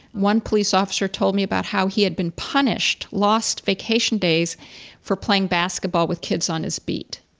one police officer told me about how he had been punished, lost vacation days for playing basketball with kids on his beat,